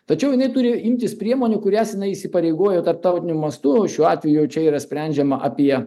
tačiau jinai turi imtis priemonių kurias jinai įsipareigojo tarptautiniu mastu šiuo atveju čia yra sprendžiama apie